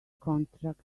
contract